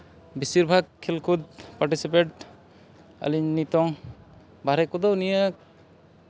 ᱵᱮᱥᱤᱨ ᱵᱷᱟᱜᱽ ᱠᱷᱮᱞ ᱠᱚ ᱯᱟᱨᱴᱤᱥᱤᱯᱮᱴ ᱟᱹᱞᱤᱧ ᱱᱤᱛᱳᱜ ᱵᱟᱦᱨᱮ ᱠᱚᱫᱚ ᱱᱤᱭᱟᱹ